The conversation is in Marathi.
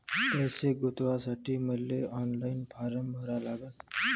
पैसे गुंतवासाठी मले ऑनलाईन फारम भरा लागन का?